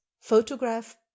Photograph